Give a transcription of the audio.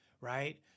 right